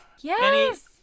Yes